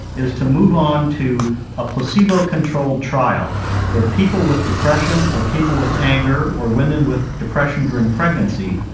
is to move on to a placebo controlled trial where people with depression, or people with anger, or women with depression during pregnancy,